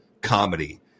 comedy